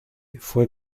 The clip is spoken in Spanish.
fue